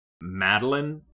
Madeline